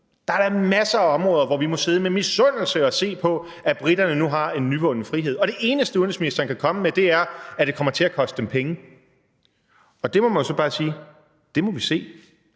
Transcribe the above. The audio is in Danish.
Der er da masser af områder, hvor vi må sidde med misundelse og se på, at briterne nu har en nyvunden frihed, og det eneste, udenrigsministeren kan komme med, er, at det kommer til at koste dem penge. Der må man jo så bare sige at det må vi se.